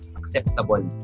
acceptable